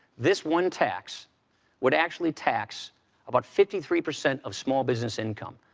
this one tax would actually tax about fifty three percent of small-business income.